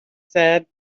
said